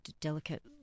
delicate